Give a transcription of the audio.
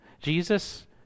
Jesus